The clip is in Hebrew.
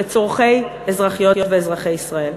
לצורכי אזרחיות ואזרחי ישראל.